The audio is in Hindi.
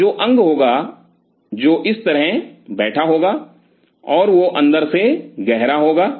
तो जो अंग होगा जो इस तरह बैठा होगा और वह अंदर से गहरा होगा